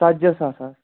ژتجِی ساس حظ